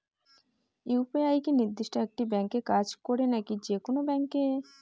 UPI কি নির্দিষ্ট একটি ব্যাংকে কাজ করে নাকি যে কোনো ব্যাংকে?